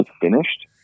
finished